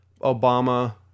Obama